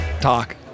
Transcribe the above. Talk